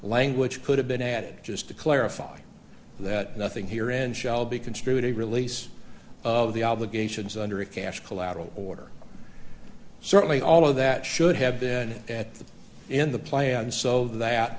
language could have been added just to clarify that nothing here and shall be construed a release of the obligations under a cash collateral order certainly all of that should have been at the in the plan so that